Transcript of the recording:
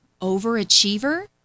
overachiever